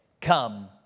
Come